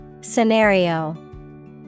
Scenario